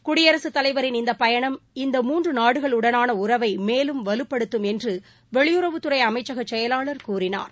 குடியரசு தலைவரின் இந்த பயணம் இந்த மூன்று நாடுகளுடனான உறவை மேலும் வலுப்படுத்தும் என்று வெளியுறவுத்துறை அமைச்சக செயலாளர் கூறினார்